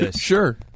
Sure